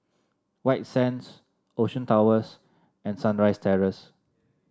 White Sands Ocean Towers and Sunrise Terrace